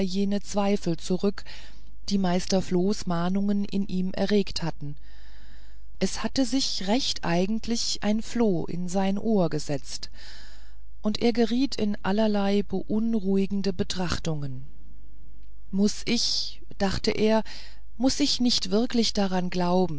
jene zweifel zurück die meister flohs mahnungen in ihm erregt hatten es hatte sich recht eigentlich ein floh in sein ohr gesetzt und er geriet in allerlei beunruhigende betrachtungen muß ich dachte er muß ich nicht wirklich daran glauben